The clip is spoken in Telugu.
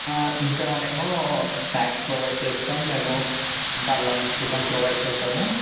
ఇంకా ఏమో స్నాక్స్ ప్రొవైడ్ చేస్తాం మేము ఇంకా లంచ్ కూడా ప్రొవైడ్ చేస్తాము